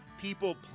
people